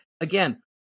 again